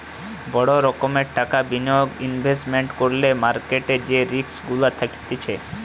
বড় রোকোমের টাকা বিনিয়োগ ইনভেস্টমেন্ট করলে মার্কেট যে রিস্ক গুলা থাকতিছে